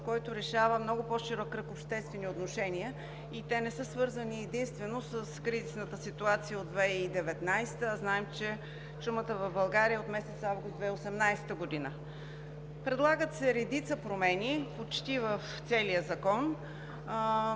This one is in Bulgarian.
който решава много по-широк кръг обществени отношения и те не са свързани единствено с кризисната ситуация от 2019 г. Знаем, че чумата в България е от месец август 2018 г. Предлагат се редица промени почти в целия Закон.